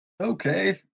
Okay